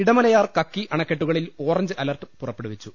ഇടമലയാർ കക്കി അണക്കെട്ടുകളിൽ orange alert പുറ പ്പെടുവിച്ചു